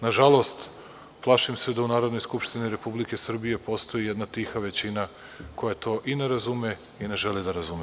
Nažalost, plašim se da u Narodnoj skupštini Republike Srbije postoji jedna tiha većina koja to i ne razume i ne želi da razume.